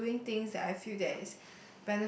and doing things that I feel that is